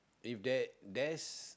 if there there's